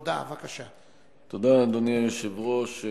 אדוני היושב-ראש,